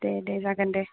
दे जागोन दे